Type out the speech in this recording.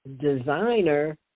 designer